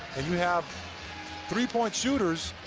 and you have three-point shooters,